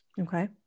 Okay